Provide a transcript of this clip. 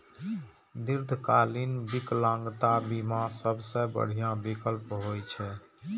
दीर्घकालीन विकलांगता बीमा सबसं बढ़िया विकल्प होइ छै